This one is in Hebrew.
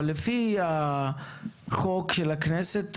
אבל לפי החוק של הכנסת,